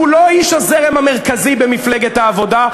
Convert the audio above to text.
והוא לא היה איש הזרם המרכזי במפלגת העבודה,